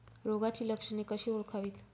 रोगाची लक्षणे कशी ओळखावीत?